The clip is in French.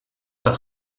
par